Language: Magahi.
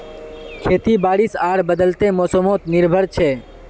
खेती बारिश आर बदलते मोसमोत निर्भर छे